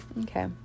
Okay